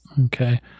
Okay